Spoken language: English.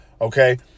okay